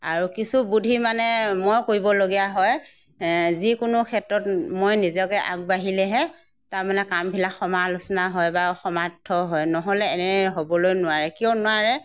আও কিছু বুদ্ধি মানে মই কৰিবলগীয়া হয় যিকোনো ক্ষেত্ৰত মই নিজকে আগবাঢ়িলেহে তাৰমানে কামবিলাক সমালোচনা হয় বা সমাৰ্থ হয় নহ'লে এনে হ'বলৈ নোৱাৰে কিয় নোৱাৰে